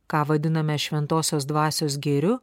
ką vadiname šventosios dvasios gėriu